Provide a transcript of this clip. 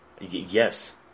Yes